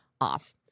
off